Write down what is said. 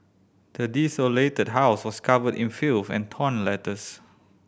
the desolated house was covered in filth and torn letters